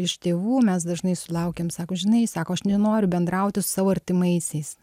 iš tėvų mes dažnai sulaukiam sako žinai sako aš nenoriu bendrauti su savo artimaisiais